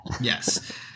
Yes